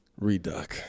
Reduck